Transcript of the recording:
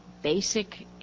basic